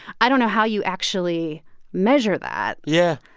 i don't know how you actually measure that yeah.